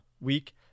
week